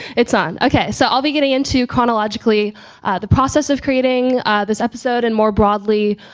it's on. okay, so i'll be getting into chronologically the process of creating this episode and more broadly,